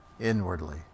inwardly